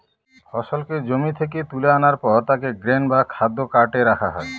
ফসলকে জমি থেকে তুলে আনার পর তাকে গ্রেন বা খাদ্য কার্টে রাখা হয়